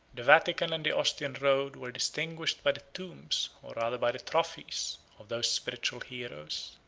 the vatican and the ostian road were distinguished by the tombs, or rather by the trophies, of those spiritual heroes.